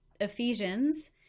ephesians